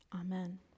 Amen